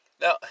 Now